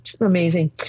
Amazing